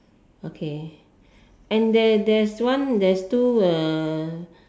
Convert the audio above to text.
okay and there there's one there's two uh